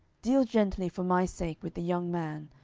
deal gently for my sake with the young man,